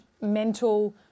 mental